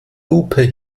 lupe